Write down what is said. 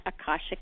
akashic